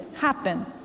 happen